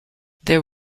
there